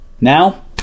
Now